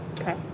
Okay